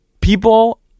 people